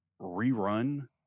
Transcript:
rerun